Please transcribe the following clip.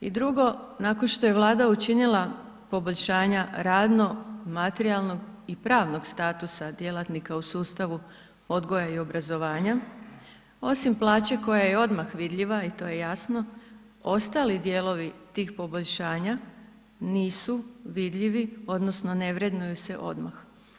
I drugo, nakon što je Vlada učinila poboljšanja radno, materijalnog i pravnog statusa djelatnika u sustavu odgoja i obrazovanja, osim plaće koja je odmah vidljiva i to je jasno, ostali dijelovi tih poboljšanja nisu vidljivi odnosno ne vrednuju se odmah.